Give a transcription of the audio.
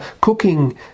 cooking